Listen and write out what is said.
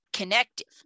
connective